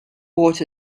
bought